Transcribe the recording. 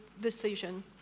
decision